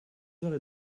heures